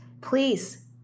please